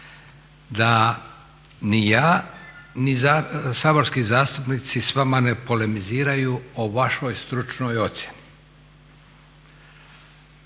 da ni ja ni saborski zastupnici s vama ne polemiziraju o vašoj stručnoj ocjeni,